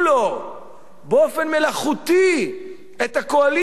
מלאכותי את הקואליציה כדי לא להיות תלוי,